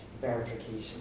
verification